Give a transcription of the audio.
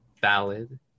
ballad